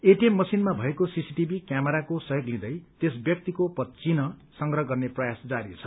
ATM मशीनमा भएको CCTV क्यामेराको सहयोग लिँदै त्यस व्यक्तिको पदचिन्ह संग्रह गर्ने प्रयास जारी छ